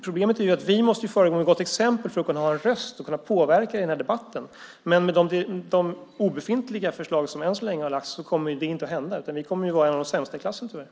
Problemet är att vi måste föregå med gott exempel för att ha en röst och kunna påverka i debatten. Men än så länge är förslagen obefintliga så det kommer inte att hända, utan vi kommer att vara en av de sämsta i klassen, tyvärr.